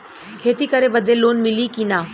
खेती करे बदे लोन मिली कि ना?